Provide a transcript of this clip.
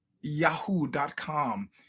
yahoo.com